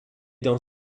dans